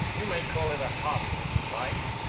you may call it a hobby, if you like,